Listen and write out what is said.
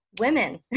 women